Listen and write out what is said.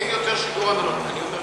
אין יותר שידור אנלוגי.